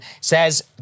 says